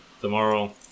tomorrow